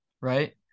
right